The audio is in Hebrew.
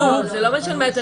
לא, לא, זה לא מה שאני אומרת.